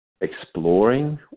exploring